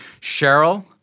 Cheryl